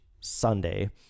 Sunday